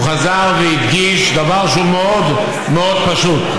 הוא חזר והדגיש דבר שהוא מאוד מאוד פשוט,